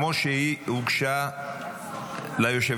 כמו שהיא הוגשה ליושב-ראש.